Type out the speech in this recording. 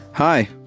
Hi